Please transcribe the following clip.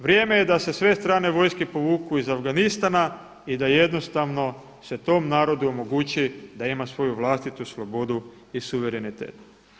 Vrijeme je da se sve strane vojske povuku iz Afganistana i da jednostavno se tom narodu omogući da ima svoju vlastitu slobodu i suverenitet.